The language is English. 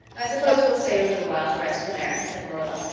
i suppose we'll stay a little while to rest the mare, said marilla,